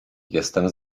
jestem